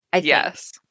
Yes